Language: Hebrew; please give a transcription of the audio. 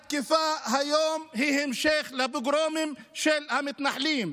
התקיפה היום היא המשך לפוגרומים של המתנחלים.